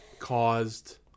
caused